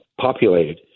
populated